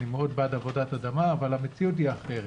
אני בעוד עבודת אדמה, אבל המציאות היא אחרת.